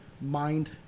mind